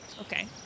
Okay